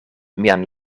mian